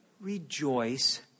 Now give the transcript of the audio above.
Rejoice